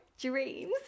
dreams